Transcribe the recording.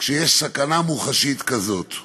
כשיש סכנה מוחשית כזאת.